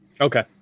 Okay